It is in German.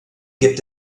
gibt